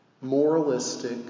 Moralistic